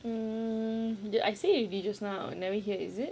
hmm did I say already just now you never hear is it